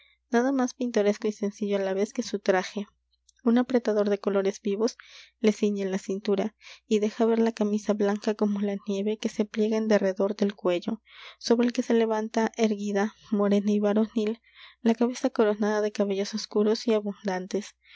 nada más pintoresco y sencillo á la vez que su traje un apretador de colores vivos les ciñe la cintura y deja ver la camisa blanca como la nieve que se pliega en derredor del cuello sobre el que se levanta erguida morena y varonil la cabeza coronada de cabellos oscuros y abundantes